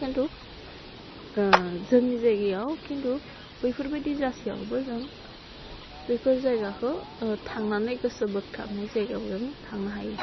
खिन्थु जोंनि जायगायाव खिन्थु बैफोरबायदि जासेयावबो जों बेफोर जायगाखो थांनानै गोसो बोगथाबनाय जायगायाव जों थांनो हायो